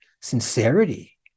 sincerity